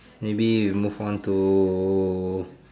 maybe we move on to